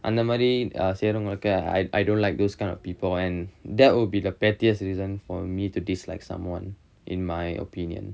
அந்தமாரி செய்றவங்களுக்கு:anthamaari seiravangalukku I I don't like those kind of people and that would be the pettiest reason for me to dislike someone in my opinion